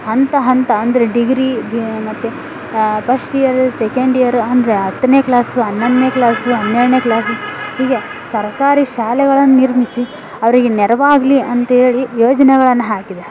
ಹಂತ ಹಂತ ಅಂದರೆ ಡಿಗ್ರೀಗೆ ಮತ್ತು ಪಸ್ಟ್ ಇಯರ್ ಸೆಕೆಂಡ್ ಇಯರ್ ಅಂದರೆ ಹತ್ತನೇ ಕ್ಲಾಸು ಹನ್ನೊಂದನೇ ಕ್ಲಾಸು ಹನ್ನೆರಡನೇ ಕ್ಲಾಸು ಹೀಗೆ ಸರ್ಕಾರಿ ಶಾಲೆ ಒಳಗೆ ನಿರ್ಮಿಸಿ ಅವರಿಗೆ ನೆರವಾಗಲಿ ಅಂತೇಳಿ ಯೋಜನೆಗಳನ್ನು ಹಾಕಿದೆ